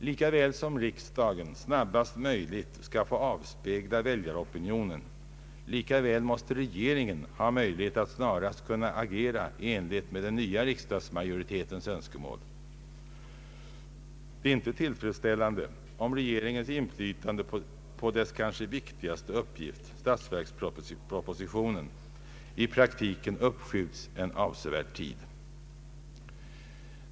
Lika väl som riksdagen snabbast möjligt skall få avspegla väljaropinionen, lika väl måste regeringen ha möjlighet att snarast kunna agera i enlighet med den nya riksdagsmajoritetens önskemål. Det är inte tillfredsställande om regeringens inflytande på dess kanske viktigaste uppgift — statsverkspropositio nen — i praktiken uppskjutes en avsevärd tid.